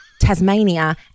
Tasmania